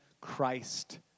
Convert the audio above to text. Christ